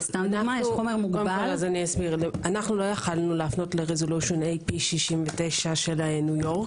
לא יכולנו להפנות לרזולושן AP69 של ניו יורק